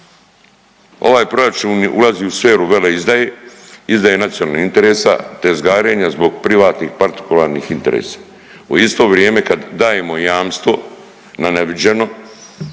Ovaj proračun ulazi u sferu veleizdaje, izdaje nacionalnih interesa, tezgarenja zbog privatnih partikularnih interesa u isto vrijeme kad dajemo jamstvo na neviđeno